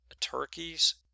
turkey's